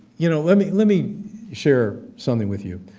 you know, let me let me share something with you.